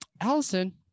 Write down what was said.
Allison